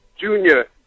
Junior